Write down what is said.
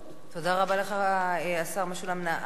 תודה רבה לך, השר משולם נהרי.